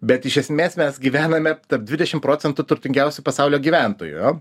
bet iš esmės mes gyvename tarp dvidešim procentų turtingiausių pasaulio gyventojų